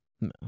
No